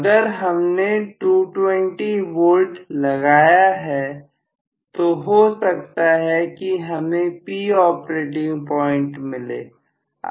अगर हमने 220V लगाया है तो हो सकता है हमें P ऑपरेटिंग प्वाइंट मिले